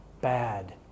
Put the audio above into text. bad